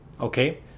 Okay